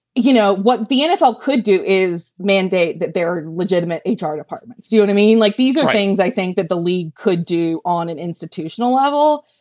you know, what the nfl could do is mandate that they're legitimate. h r. departments, you and i mean, like these are things i think that the league could do on an institutional level,